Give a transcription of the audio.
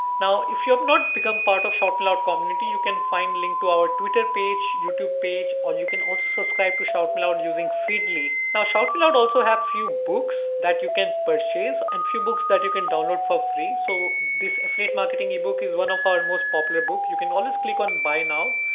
now, if you have um not become part of shoutmeloud community, you can find link to our twitter page, youtube page, or you can also subscribe to shoutmeloud using feedly. now shoutmeloud also have few books that you can purchase and few books that you can download for free. so this affiliate marketing ebook is one of our and most popular book. you can always click on buy now,